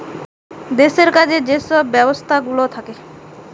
দেশের কাজে যে সব ব্যবস্থাগুলা থাকে